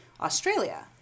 Australia